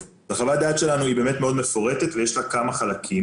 חוות הדעת שלנו היא באמת מאוד מפורטת ויש לה כמה חלקים.